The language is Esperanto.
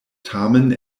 tamen